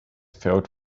filled